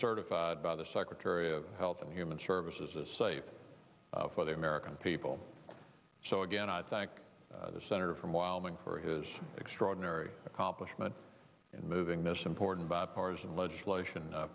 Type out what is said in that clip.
certified by the secretary of health and human services a safe for the american people so again i thank the senator from wyoming for his extraordinary accomplishment in moving this important bipartisan legislation